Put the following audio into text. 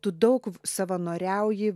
tu daug savanoriauji